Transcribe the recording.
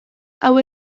hau